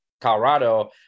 Colorado